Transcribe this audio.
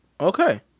Okay